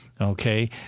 okay